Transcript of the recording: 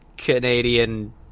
Canadian